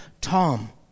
Tom